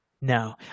No